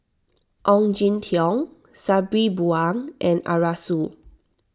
Ong Jin Teong Sabri Buang and Arasu